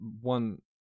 one